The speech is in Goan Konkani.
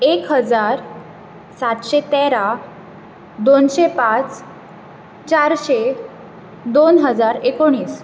एक हजार सातशें तेरा दोनशें पांच चारशें दोन हजार एकुणीस